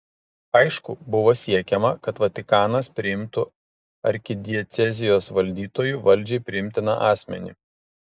aišku buvo siekiama kad vatikanas priimtų arkidiecezijos valdytoju valdžiai priimtiną asmenį